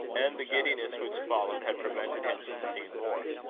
and the giddiness which followed had prevented him from seeing more.